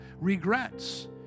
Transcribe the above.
regrets